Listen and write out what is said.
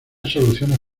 soluciones